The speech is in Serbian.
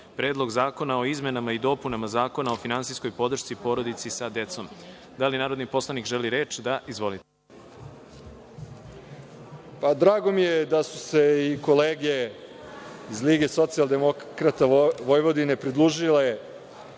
Predlog zakona o izmenama i dopunama Zakona o finansijskoj podršci porodici sa decom. Da li narodni poslanik želi reč? (Da.)Izvolite. **Marko Đurišić** Drago mi je da su se i kolege iz Lige socijaldemokrata Vojvodine pridružile